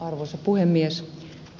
arvoisa puhemies